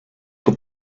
but